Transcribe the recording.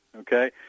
okay